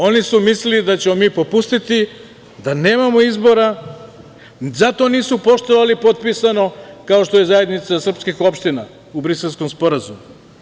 Oni su mislili da ćemo mi popustiti, da nemamo izbora, zato nisu poštovali potpisano, kao što je zajednica srpskih opština u Briselskom sporazumu.